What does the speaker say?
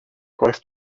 gwaith